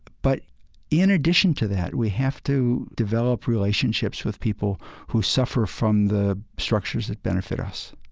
but in addition to that, we have to develop relationships with people who suffer from the structures that benefit us